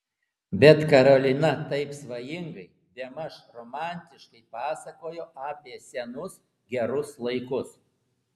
bet karolina taip svajingai bemaž romantiškai pasakojo apie senus gerus laikus